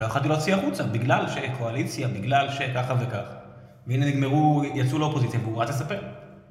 לא יכלתי להוציא החוצה בגלל שקואליציה, בגלל שככה וכך. והנה נגמרו, יצאו לאופוזיציה. והוא רץ לספר